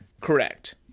Correct